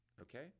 okay